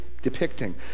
Depicting